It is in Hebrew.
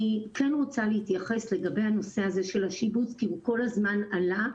אני כן רוצה להתייחס לגבי הנושא הזה של השיבוץ כי הוא כל הזמן עלה.